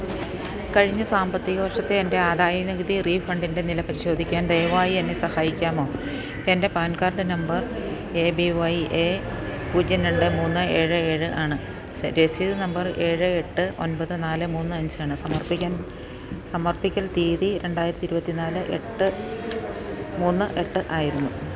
കഴിഞ്ഞ സാമ്പത്തിക വർഷത്തെ എൻ്റെ ആദായനികുതി റീഫണ്ടിൻ്റെ നില പരിശോധിക്കാൻ ദയവായി എന്നെ സഹായിക്കാമോ എൻ്റെ പാൻ കാർഡിന്റെ number A B Y A പൂജ്യം രണ്ട് മൂന്ന് ഏഴ് ഏഴ് ആണ് രസീത് നമ്പർ ഏഴ് എട്ട് ഒൻപത് നാല് മൂന്ന് അഞ്ചാണ് സമർപ്പിക്കൽ തീയതി രണ്ടായിരത്തി ഇരുപത്തിനാല് മൂന്ന് എട്ട് ആയിരുന്നു